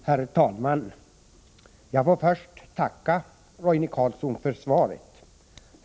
Herr talman! Först tackar jag Roine Carlsson för svaret.